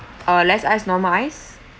uh less ice normal ice